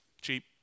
Cheap